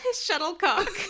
shuttlecock